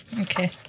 Okay